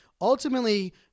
ultimately